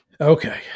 Okay